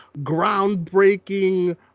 groundbreaking